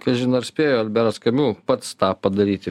kažin ar spėjo albertas kamiu pats tą padaryti